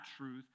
truth